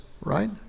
right